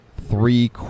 three